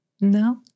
No